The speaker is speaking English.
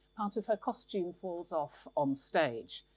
part of her costume falls off on stage.